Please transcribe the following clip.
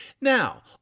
Now